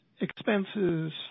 expenses